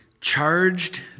charged